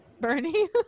Bernie